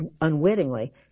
unwittingly